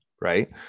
right